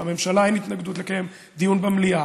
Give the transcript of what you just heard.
לממשלה אין התנגדות לקיים דיון במליאה.